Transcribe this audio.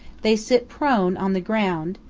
they sit prone on the ground,